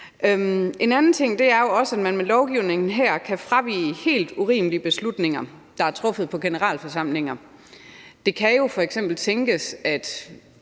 En anden ting er, at man med lovgivningen her kan fravige helt urimelige beslutninger, der er truffet på generalforsamlinger. Det kan jo f.eks. tænkes, at